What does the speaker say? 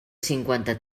cinquanta